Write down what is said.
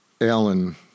Alan